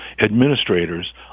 administrators